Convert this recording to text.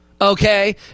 okay